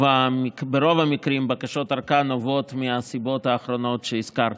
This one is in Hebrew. ברוב המקרים בקשות ארכה נובעות מהסיבות האחרונות שהזכרתי: